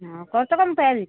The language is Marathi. हं करतो का मग तयारी